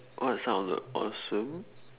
what are some of the awesome